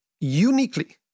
uniquely